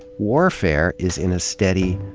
warfare is in a steady,